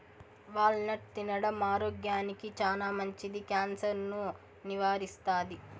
wall నట్ తినడం ఆరోగ్యానికి చానా మంచిది, క్యాన్సర్ ను నివారిస్తాది